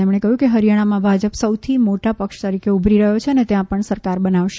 તેમણે કહ્યું કે હરિયાણામાં ભાજપ સૌથી મોટા પક્ષ તરીકે ઉભરી રહ્યો છે અને ત્યાં પણ સરકાર બનાવશે